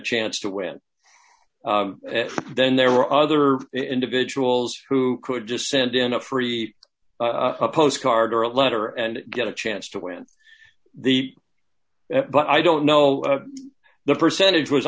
chance to rant then there were other individuals who could just send in a free postcard or a letter and get a chance to win the but i don't know the percentage was